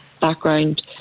background